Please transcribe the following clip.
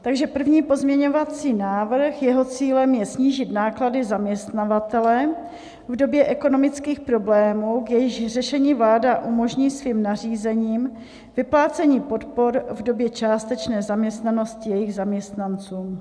Takže první pozměňovací návrh jeho cílem je snížit náklady zaměstnavatele v době ekonomických problémů, k jejichž řešení vláda umožní svým nařízením vyplácení podpor v době částečné zaměstnanosti jejich zaměstnancům.